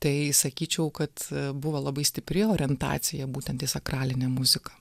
tai sakyčiau kad buvo labai stipri orientacija būtent į sakralinę muziką